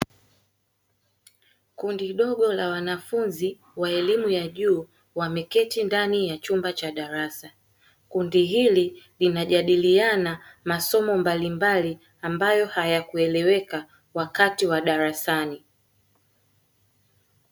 Kundi dogo la wanafunzi wa elimu ya juu, wameketi ndani ya chumba cha darasa. Kundi hili linajadiliana masomo mbalimbali ambayo hayakueleweka wakati wa darasani.